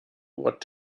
what